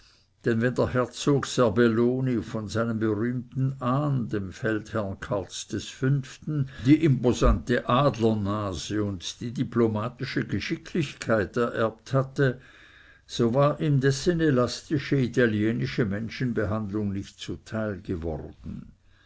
der herzog serbelloni von seinem berühmten ahn dem feldherrn karls v die imposante adlernase und die diplomatische geschicklichkeit ererbt hatte so war ihm dessen elastische italienische menschenbehandlung nicht zuteil geworden